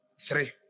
three